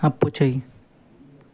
అప్పు చెయ్యి